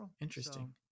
Interesting